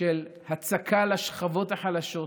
של הצקה לשכבות החלשות,